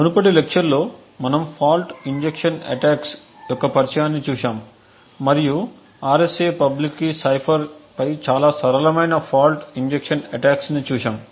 మునుపటి లెక్చర్ లో మనము ఫాల్ట్ ఇంజెక్షన్ అటాక్స్ యొక్క పరిచయాన్ని చూశాము మరియు RSA పబ్లిక్ కీ సైఫర్ పై చాలా సరళమైన ఫాల్ట్ ఇంజెక్షన్ అటాక్స్ ని చూశాము